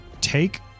take